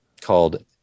called